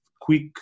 quick